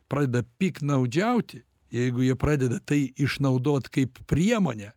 pradeda piktnaudžiauti jeigu jie pradeda tai išnaudot kaip priemonę